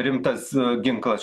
rimtas ginklas